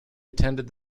attended